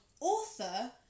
author